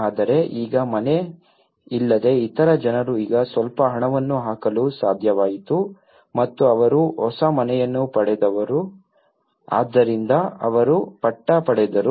ಆದರೆ ಈಗ ಮನೆ ಇಲ್ಲದ ಇತರ ಜನರು ಈಗ ಸ್ವಲ್ಪ ಹಣವನ್ನು ಹಾಕಲು ಸಾಧ್ಯವಾಯಿತು ಮತ್ತು ಅವರು ಹೊಸ ಮನೆಯನ್ನು ಪಡೆದರು ಆದ್ದರಿಂದ ಅವರು ಪಟ್ಟಾ ಪಡೆದರು